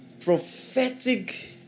prophetic